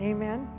Amen